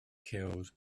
killed